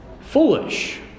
foolish